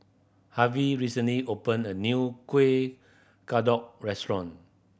Harve recently opened a new kuih kadok restaurant